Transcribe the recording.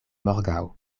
morgaŭ